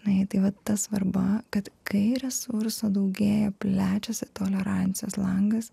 na jei tai vat ta svarba kad kai resurso daugėja plečiasi tolerancijos langas